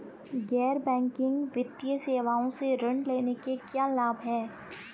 गैर बैंकिंग वित्तीय सेवाओं से ऋण लेने के क्या लाभ हैं?